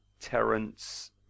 Terence